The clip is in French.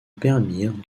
permirent